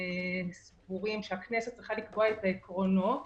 סבורים שהכנסת צריכה לקבוע את העקרונות